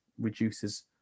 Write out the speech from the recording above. reduces